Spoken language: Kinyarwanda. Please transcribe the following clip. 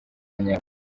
nyabwo